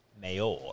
Mayor